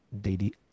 daily